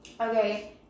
Okay